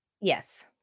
Yes